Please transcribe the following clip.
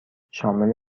شامل